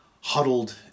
huddled